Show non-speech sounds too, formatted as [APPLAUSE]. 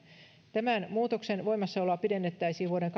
tämän muutoksen voimassaoloa pidennettäisiin vuoden [UNINTELLIGIBLE]